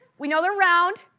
we know they're round.